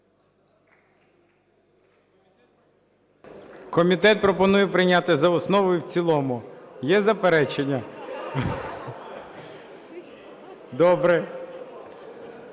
Комітет пропонує прийняти за основу і в цілому. Є заперечення? Добре.